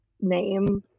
name